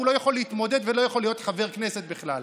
שלא יכול להתמודד ולא יכול להיות חבר כנסת בכלל.